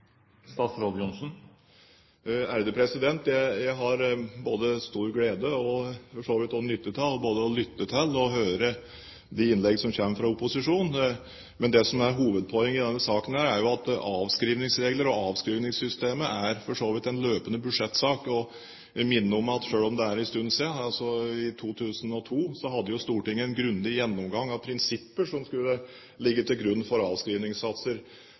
Jeg har både stor glede og for så vidt også nytte av både å lytte til og høre de innleggene som kommer fra opposisjonen. Men det som er hovedpoenget i denne saken, er at avskrivningsreglene og avskrivningssystemet for så vidt er en løpende budsjettsak. Jeg minner om, selv om det er en stund siden, at Stortinget i 2002 hadde en grundig gjennomgang av de prinsippene som skulle ligge til grunn for avskrivningssatser.